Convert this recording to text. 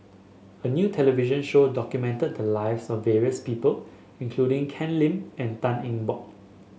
a new television show documented the lives of various people including Ken Lim and Tan Eng Bock